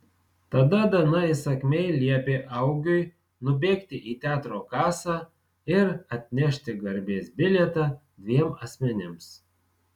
tada dana įsakmiai liepė augiui nubėgti į teatro kasą ir atnešti garbės bilietą dviem asmenims